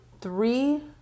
three